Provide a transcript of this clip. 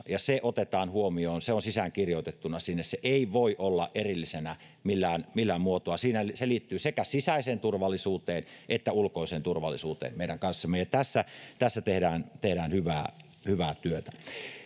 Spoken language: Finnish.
ja se otetaan huomioon se on sisäänkirjoitettuna sinne se ei voi olla erillisenä millään millään muotoa se liittyy sekä meidän sisäiseen turvallisuuteen että ulkoiseen turvallisuuteen tässä tässä tehdään hyvää hyvää työtä